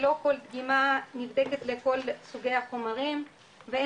שלא כל דגימה נבדקת לכל סוגי החומרים ואין